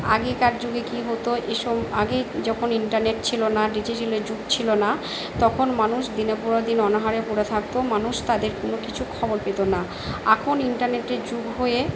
আগেকার যুগে কি হত এইসব আগে যখন ইন্টারনেট ছিল না ডিজিটালের যুগ ছিল না তখন মানুষ দিনের পর দিন অনাহারে পড়ে থাকতো মানুষ তাদের কোনো কিছু খবর পেত না এখন ইন্টারনেটের যুগ হয়ে